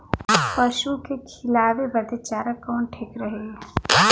पशु के खिलावे बदे चारा कवन ठीक रही?